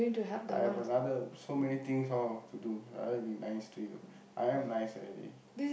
I've another so many things all to do other than being nice to you I am nice already